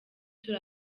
turi